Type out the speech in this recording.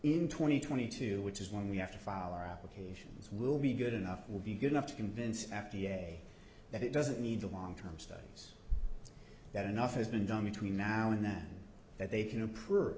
and twenty two which is when we have to file our applications will be good enough will be good enough to convince f d a that it doesn't need a long term studies that enough has been done between now and then that they can approve